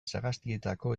sagastietako